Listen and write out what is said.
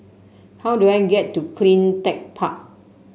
how do I get to CleanTech Park